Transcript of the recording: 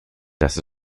dass